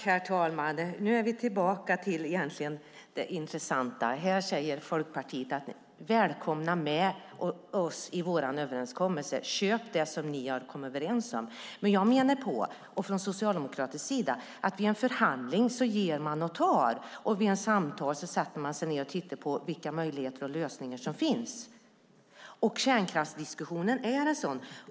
Herr talman! Nu har vi kommit tillbaka till det intressanta. Folkpartiet säger: Välkomna med i vår överenskommelse! Köp det som vi har kommit överens om! Vi socialdemokrater menar att man i en förhandling ger och tar, och att man i ett samtal tittar på vilka möjligheter och lösningar som finns. Kärnkraftsdiskussionen är en sådan.